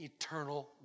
eternal